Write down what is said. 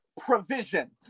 Provision